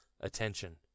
attention